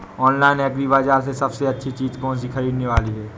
Online agri बाजार में सबसे अच्छी चीज कौन सी ख़रीदने वाली है?